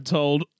told